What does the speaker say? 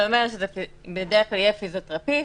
זה מסוג השירותים שגם במרץ היו פתוחים.